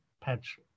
patch